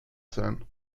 sein